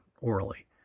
orally